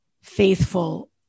faithful